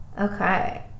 Okay